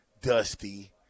dusty